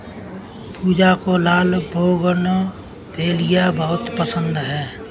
पूजा को लाल बोगनवेलिया बहुत पसंद है